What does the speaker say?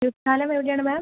സ്ഥലം എവിടെയാണ് മാം